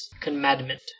commandment